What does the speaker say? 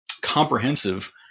comprehensive